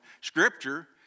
scripture